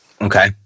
Okay